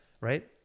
right